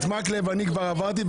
את מקלב אני כבר עברתי,